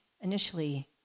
initially